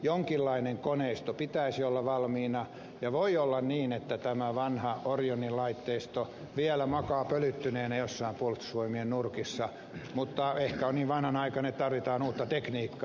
jonkinlainen koneisto pitäisi olla valmiina ja voi olla niin että tämä vanha orionin laitteisto vielä makaa pölyttyneenä jossain puolustusvoimien nurkissa mutta ehkä on niin vanhanaikainen että tarvitaan uutta tekniikkaa